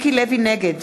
נגד